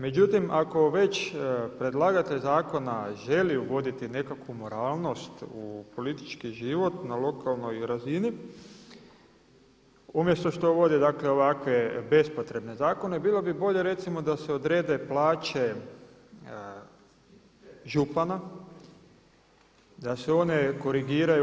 Međutim, ako već predlagatelj zakona želi uvoditi nekakvu moralnost u politički život na lokalnoj razini umjesto što uvodi, dakle ovakve bespotrebne zakone bilo bi bolje recimo da se odrede plaće župana, da se one korigiraju.